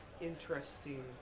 interesting